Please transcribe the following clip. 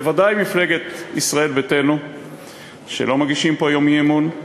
וודאי מפלגת ישראל ביתנו שלא מגישים פה היום אי-אמון,